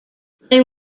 they